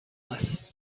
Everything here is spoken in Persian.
است